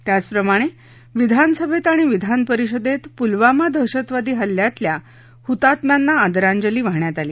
त्याचप्रमाणे विधानसभेत आणि विधानपरिषदेत पुलवामा दहशतवादी हल्ल्यातल्या हुतात्म्यांना आदरांजली वाहण्यात आली